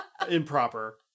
improper